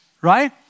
Right